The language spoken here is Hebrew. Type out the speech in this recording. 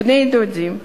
בני-דודים.